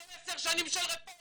זה עשר שנים של רפורמה.